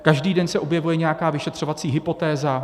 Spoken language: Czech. Každý den se objevuje nějaká nová vyšetřovací hypotéza.